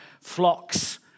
flocks